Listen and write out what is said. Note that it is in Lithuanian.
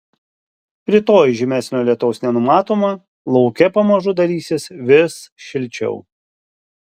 rytoj žymesnio lietaus nenumatoma lauke pamažu darysis vis šilčiau